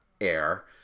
air